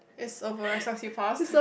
is over as long as you passed